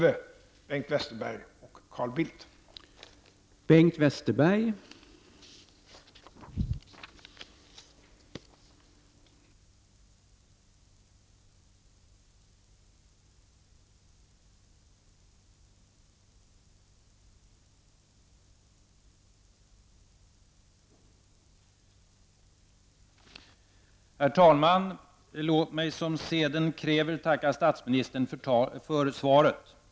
Bengt Carl Bildt fick delta i överläggningen i stället för interpellanten.